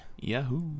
Yahoo